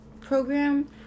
Program